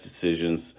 decisions